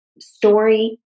story